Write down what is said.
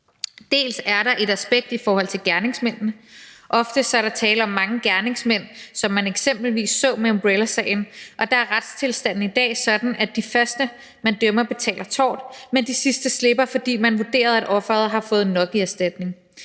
Dels er der et aspekt i forhold til gerningsmændene. Ofte er der tale om mange gerningsmænd, som man eksempelvis så med umbrellasagen, og der er retstilstanden i dag sådan, at de første, man dømmer, betaler erstatning for tort, men de sidste slipper, fordi man vurderer, at offeret har fået nok i erstatning.